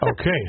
Okay